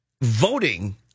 voting